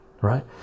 right